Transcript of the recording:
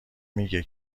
میگه